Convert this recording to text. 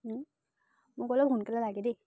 মোক অলপ সোনকালে লাগে দেই